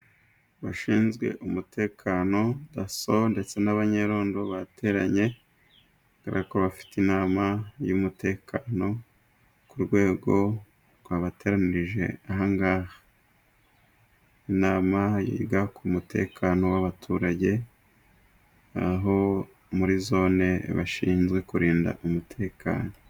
Abashinzwe umutekano daso ndetse n'abanyerondo bateranye kubera ko bafite inama y'umutekano ku rwego rwabateranirije aha ngaha. Inama yiga ku mutekano w'abaturage, naho muri zone bashinzwe kurinda umutekano.